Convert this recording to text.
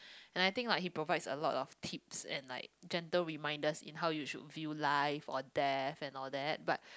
and I think like he provides a lot of tips and like gentle reminders in how you should view life or death and all that but